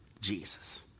Jesus